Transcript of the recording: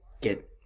get